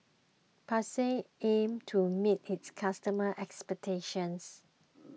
Pansy aim to meet its customer expectations